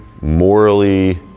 morally